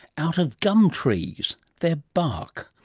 out of gum trees, their bark.